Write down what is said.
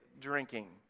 drinking